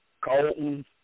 colton